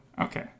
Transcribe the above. Okay